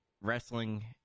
wrestling